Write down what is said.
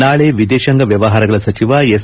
ನಾಳೆ ವಿದೇತಾಂಗ ವ್ಣವಹಾರಗಳ ಸಚಿವ ಎಸ್